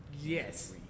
Yes